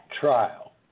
trial